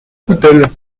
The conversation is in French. coutel